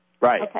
Right